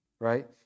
right